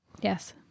yes